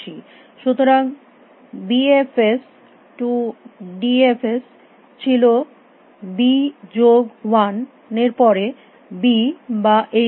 সুতরাং B F S to D F S ছিল B যোগ 1 এর পরে বি বা এই ধরনের কিছু